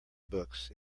books